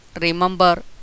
remember